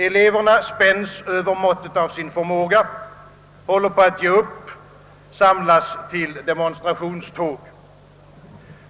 Eleverna spänns över måttet av sin förmåga, håller på att ge upp, samlas till demonstrationståg.